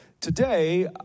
Today